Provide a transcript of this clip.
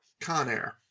Conair